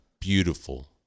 beautiful